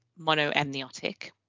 monoamniotic